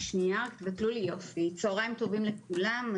צוהריים טובים לכולם.